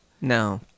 No